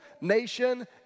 nation